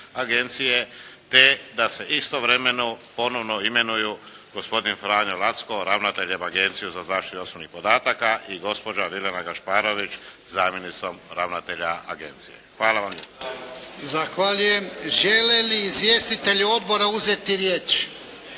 te da se istovremeno ponovno imenuju gospodin Franjo Lacko ravnateljem Agencije za zaštitu osobnih podataka i gospođa Biljana Gašparović zamjenicom ravnatelja agencije. Hvala vam lijepa. **Jarnjak, Ivan (HDZ)** Zahvaljujem. Žele li izvjestitelji odbora uzeti riječ?